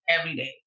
everyday